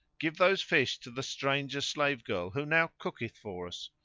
give those fish to the stranger slave girl who now cooketh for us,